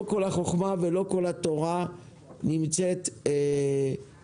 לא כל החכמה ולא כל התורה נמצאת בפסגה.